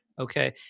Okay